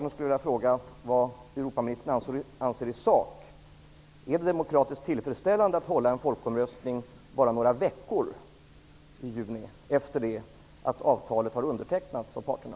Europaministern anser i sak. Är det demokratiskt tillfredsställande att hålla en folkomröstning i juni, bara några veckor efter det att avtalet har undertecknats av parterna?